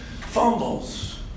fumbles